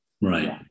Right